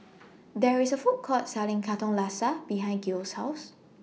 There IS A Food Court Selling Katong Laksa behind Gail's House